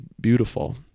beautiful